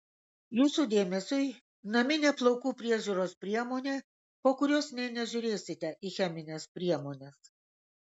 jūsų dėmesiui naminė plaukų priežiūros priemonė po kurios nė nežiūrėsite į chemines priemones